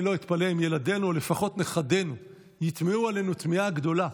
אני לא אתפלא אם ילדינו או לפחות נכדינו יתמהו עלינו תמיהה גדולה,